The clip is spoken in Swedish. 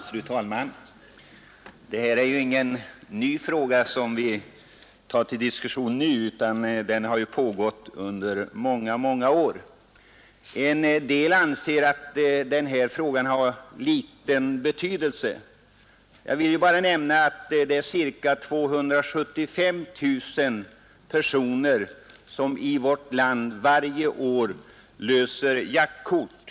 Fru talman! Den fråga vi nu behandlar är inte ny utan den har diskuterats under många år. En del människor anser att den har ringa betydelse. Jag vill då bara nämna att det i vårt land är ca 275 000 personer som varje år löser jaktkort.